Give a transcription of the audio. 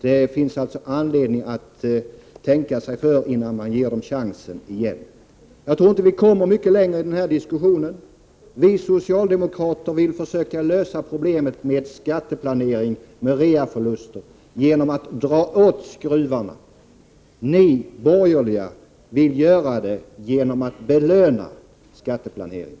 Det finns alltså anledning att tänka sig för innan man ger de borgerliga chansen igen. Jag tror inte att vi kommer så mycket längre i denna diskussion. Vi socialdemokrater vill försöka lösa problemet med skatteplanering och reaförluster genom att dra åt skruvarna. Ni borgerliga vill göra det genom att belöna skatteplanering.